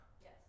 Yes